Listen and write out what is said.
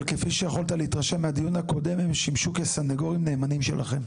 אבל כפי שיכולת להתרשם מהדיון הקודם הם שימשו כסנגורים נאמנים שלכם.